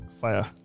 fire